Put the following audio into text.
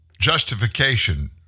justification